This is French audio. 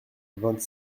vingt